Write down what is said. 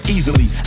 Easily